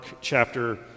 chapter